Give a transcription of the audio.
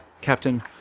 Captain